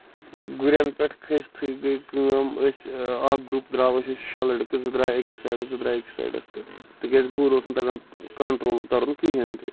گُرین پٮ۪ٹھ کھٔستھٕے گٔے کٲم أسۍ اکھ گروپ درٛاو أسۍ ٲسۍ شےٚ لٔڑکہٕ زٕ درٛاے أکِس سایڈَس زٕ درٛاے أکِس سایڈَس تِکیازِ گُر اوس نہٕ تَگان کَنٹرول کَرُن کِہیںۍ